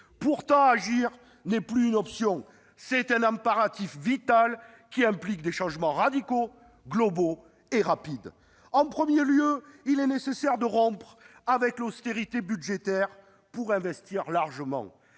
Pourtant, agir n'est plus une option : c'est un impératif vital, qui implique des changements radicaux, globaux et rapides. En premier lieu, il est nécessaire de rompre avec l'austérité budgétaire pour investir largement.